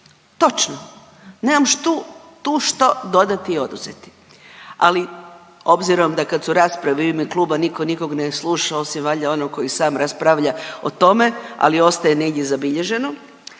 Točno, nemam tu što dodati i oduzeti, ali obzirom da kad su rasprave u ime kluba niko nikoga ne sluša osim valjda onog koji sam raspravlja o tome, ali ostaje negdje zabilježeno,